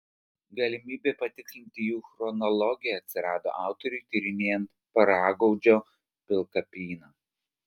galimybė patikslinti jų chronologiją atsirado autoriui tyrinėjant paragaudžio pilkapyną